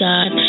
God